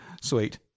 Sweet